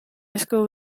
esku